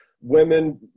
women